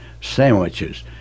sandwiches